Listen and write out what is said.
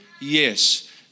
Yes